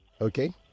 Okay